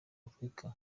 afurika